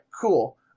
cool